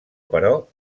però